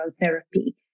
therapy